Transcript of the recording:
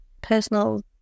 personal